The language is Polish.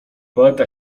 poeta